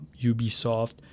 ubisoft